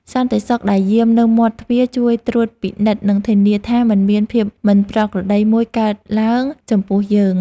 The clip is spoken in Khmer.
សន្តិសុខដែលយាមនៅមាត់ទ្វារជួយត្រួតពិនិត្យនិងធានាថាមិនមានភាពមិនប្រក្រតីណាមួយកើតឡើងចំពោះយើង។